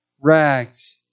rags